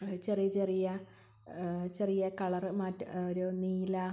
ചെറിയ ചെറിയ ചെറിയ കളർ മാറ്റം ഒരു നീല